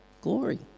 glory